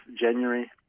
January